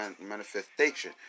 Manifestation